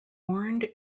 warned